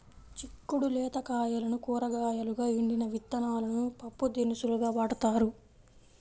చిక్కుడు లేత కాయలను కూరగాయలుగా, ఎండిన విత్తనాలను పప్పుదినుసులుగా వాడతారు